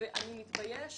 אני מתביישת,